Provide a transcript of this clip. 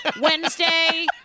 Wednesday